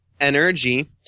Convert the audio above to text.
energy